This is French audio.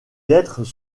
lettres